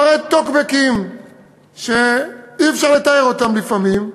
אחרי טוקבקים שאי-אפשר לתאר אותם, לפעמים,